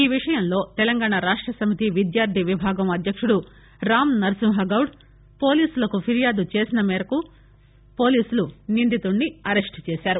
ఈ విషయంలో తెలంగాణ రాష్ట సమితి విద్యార్ది విభాగం అధ్యకుడు రామ్ నర్సింహగౌడ్ పోలీసులకు ఫిర్యాదు చేసిన మేరకు పోలీసులు నిందితుడిని అరెస్టు చేశారు